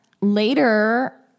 later